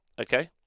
Okay